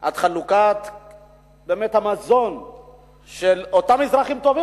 את חלוקת המזון של אותם אזרחים טובים